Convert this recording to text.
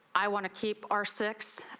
i want to keep our six